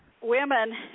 women